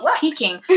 peeking